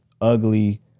ugly